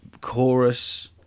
chorus